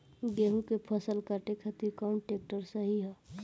गेहूँ के फसल काटे खातिर कौन ट्रैक्टर सही ह?